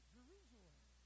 Jerusalem